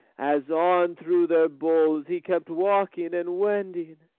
as on through their boles he kept walking and wending,